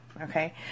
Okay